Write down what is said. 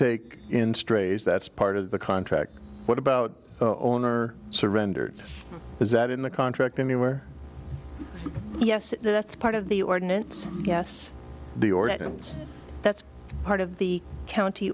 take in strays that's part of the contract what about the owner surrendered is that in the contract anywhere yes that's part of the ordinance yes the origins that's part of the county